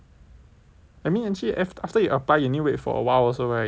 I mean actually after you apply you need wait for a while also right to get